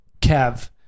Kev